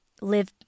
live